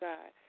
God